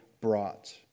brought